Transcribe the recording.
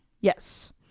Yes